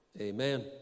amen